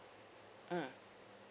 mm